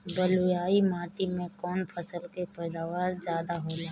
बालुई माटी में कौन फसल के पैदावार ज्यादा होला?